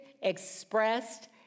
expressed